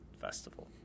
festival